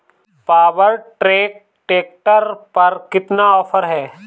Power track tractor पर कितना offer है?